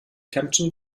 kempten